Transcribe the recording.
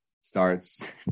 starts